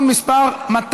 התקבלה בקריאה ראשונה,